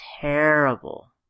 terrible